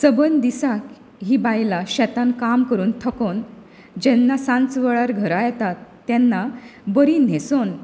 सबंद दिसाक ही बायलां शेतांत काम करुन थकोन जेन्ना सांज वेळार घरा येतात तेन्ना बरी न्हेसुन